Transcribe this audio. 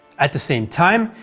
at the same time,